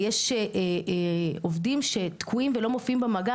יש עובדים שתקועים ולא מופיעים במאגר,